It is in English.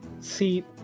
See